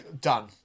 Done